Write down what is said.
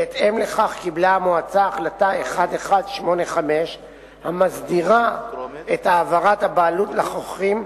בהתאם לכך קיבלה המועצה החלטה 1185 המסדירה את העברת הבעלות לחוכרים.